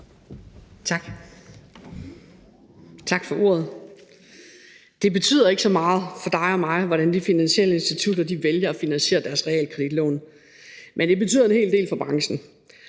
(KF): Tak for ordet. Det betyder ikke så meget for dig og mig, hvordan de finansielle institutter vælger at finansiere deres realkreditlån, men det betyder en hel del for branchen.